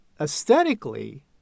aesthetically